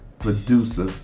producer